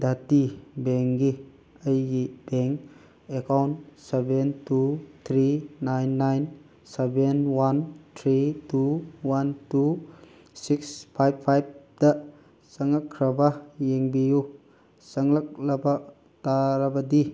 ꯗꯥꯇꯤ ꯕꯦꯡꯒꯤ ꯑꯩꯒꯤ bank account seven two three nine nine seven one three two one two six ꯐꯥꯏꯕ ꯐꯥꯏꯕꯇ ꯆꯪꯂꯛꯈ꯭ꯔꯕ ꯌꯦꯡꯕꯤꯌꯨ ꯆꯪꯂꯛꯂꯕ ꯇꯥꯔꯕꯗꯤ